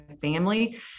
family